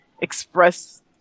express